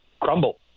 crumble